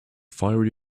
fiery